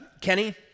Kenny